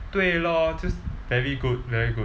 对 lor very good very good